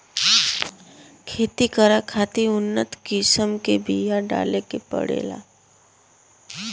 खेती करे खातिर उन्नत किसम के बिया डाले के पड़ेला